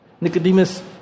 Nicodemus